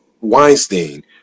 Weinstein